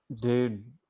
Dude